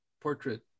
portrait